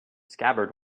scabbard